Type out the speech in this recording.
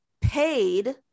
paid